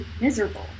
miserable